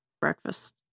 breakfast